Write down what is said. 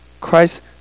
Christ